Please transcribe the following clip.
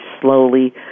slowly